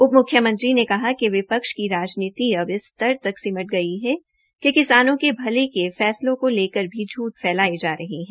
उप मुख्यमंत्री ने कहा कि विपक्ष की राजनीति अब इस स्तर तक सिमट गई है कि किसानों के भले के फैसलों को लेकर भी झूठ फैलाया जा रहा है